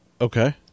Okay